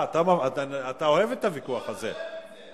אתה אוהב את הוויכוח הזה, לא.